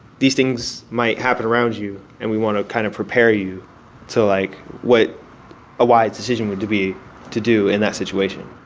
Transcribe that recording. these things might happen around you, and we want to kind of prepare you to, like what a wise decision would be to do in that situation